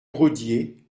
rodier